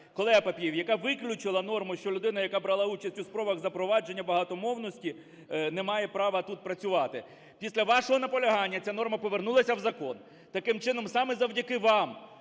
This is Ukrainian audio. колего Папієв, яка виключила норму, що людина, яка брала участь у спробах запровадження багатомовності, не має права тут працювати. Після вашого наполягання ця норма повернулася в закон. Таким чином, саме завдяки вам